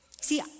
See